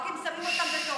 רק אם שמים אותם בתורנות,